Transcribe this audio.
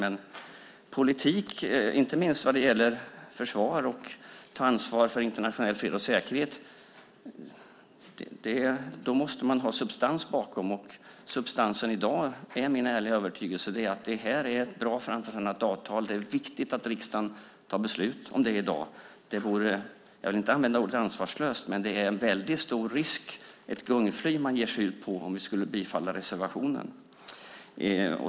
Men inte minst när det gäller försvar och att ta ansvar för internationell fred och säkerhet måste man ha substans bakom, och det är min ärliga övertygelse att det här är ett bra framförhandlat avtal. Det är viktigt att riksdagen fattar beslut om det i dag. Jag vill inte använda ordet ansvarslöst, men det medför en väldigt stor risk - man ger sig ut på ett gungfly - om vi skulle bifalla reservationen.